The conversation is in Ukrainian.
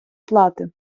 плати